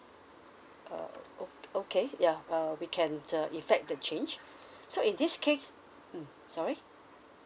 uh o~ okay ya uh we can uh effect the change so in this case mm sorry